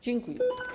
Dziękuję.